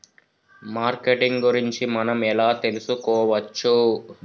Marketing గురించి మనం ఎలా తెలుసుకోవచ్చు?